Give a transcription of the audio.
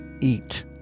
eat